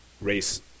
race